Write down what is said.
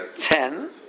ten